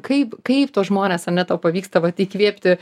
kaip kaip tuos žmones ane tau pavyksta vat įkvėpti